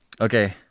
Okay